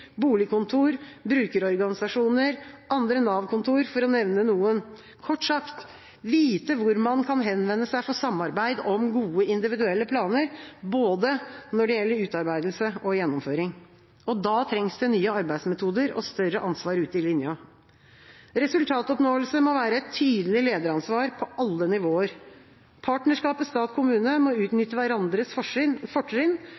boligkontor, brukerorganisasjoner og andre Nav-kontor, for å nevne noen – kort sagt vite hvor man kan henvende seg for samarbeid om gode individuelle planer, både når det gjelder utarbeidelse og gjennomføring. Da trengs det nye arbeidsmetoder og større ansvar ute i linja. Resultatoppnåelse må være et tydelig lederansvar på alle nivå. Partnerskapet mellom stat og kommune må utnytte hverandres fortrinn